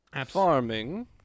Farming